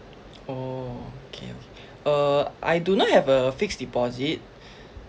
oh okay okay uh I do not have a fixed deposit